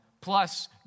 plus